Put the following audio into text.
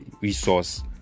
resource